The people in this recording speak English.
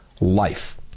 life